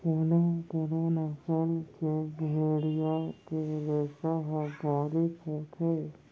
कोनो कोनो नसल के भेड़िया के रेसा ह बारीक होथे